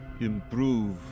improve